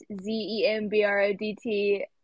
Z-E-M-B-R-O-D-T